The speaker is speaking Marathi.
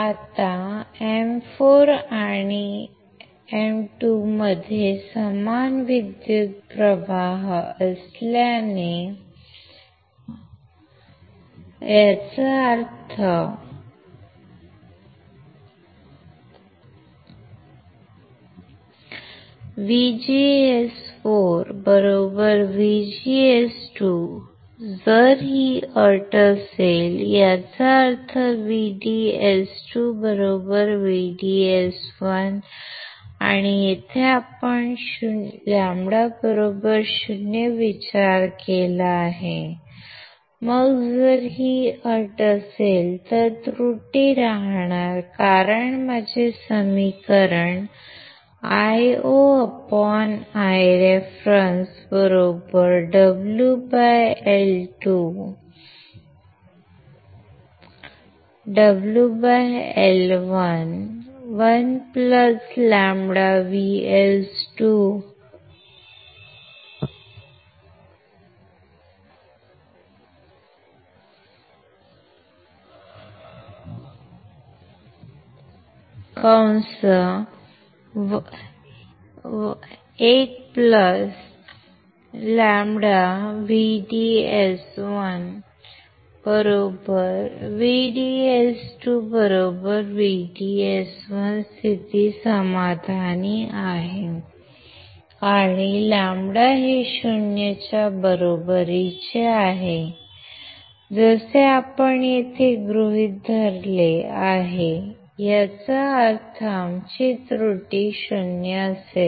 आता M4 आणि M2 मध्ये समान विद्युत प्रवाह असल्याने याचा अर्थ VGS4 VGS2 जर ही अट असेल याचा अर्थ VDS2 VDS1 आणि येथे आपण λ 0 विचार केला आहे मग जर ही अट असेल तर त्रुटी राहणार कारण माझे समीकरण IoIreference WL2 W L1 1 λVDS2 1λ VDS1 बरोबर VDS 2 VDS1 स्थिती समाधानी आहे आणि λ हे 0 च्या बरोबरीने आहे जसे आपण येथे गृहीत धरले आहे याचा अर्थ आमची त्रुटी 0 असेल